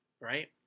right